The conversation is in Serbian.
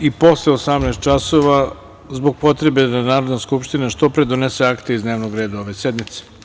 i posle 18 časova zbog potrebe da Narodna skupština što pre donese akte iz dnevnog reda ove sednice.